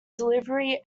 delivery